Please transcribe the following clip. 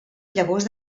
llavors